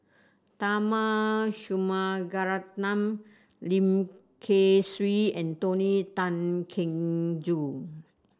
Tharman Shanmugaratnam Lim Kay Siu and Tony Tan Keng Joo